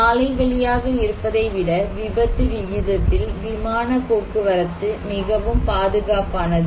சாலை வழியாக இருப்பதை விட விபத்து விகிதத்தில் விமானப் போக்குவரத்து மிகவும் பாதுகாப்பானது